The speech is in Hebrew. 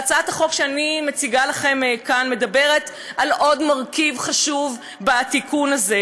והצעת החוק שאני מציגה לכם כאן מדברת על עוד מרכיב חשוב בתיקון הזה,